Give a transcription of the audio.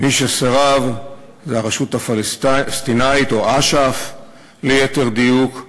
מי שסירב זה הרשות הפלסטינית, או אש"ף ליתר דיוק,